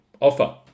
Offer